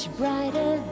brighter